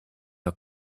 her